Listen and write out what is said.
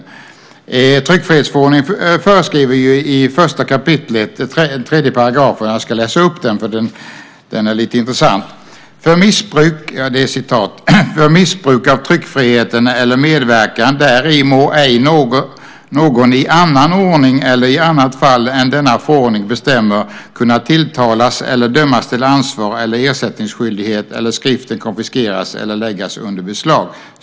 Jag ska läsa upp vad tryckfrihetsförordningen föreskriver i 1 kap. 3 § eftersom det är lite intressant. "För missbruk av tryckfriheten eller medverkan däri må ej någon i annan ordning eller i annat fall än denna förordning bestämmer kunna tilltalas eller dömas till ansvar eller ersättningsskyldighet eller skriften konfiskeras eller läggas under beslag."